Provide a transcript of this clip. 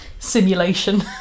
simulation